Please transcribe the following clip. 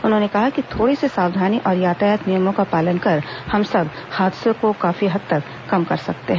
उन्होंने कहा कि थोड़ी से सावधानी और यातायात नियमों का पालन कर हम सब हादसों को काफी हद तक कम कर सकते हैं